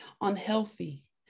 unhealthy